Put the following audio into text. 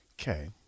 Okay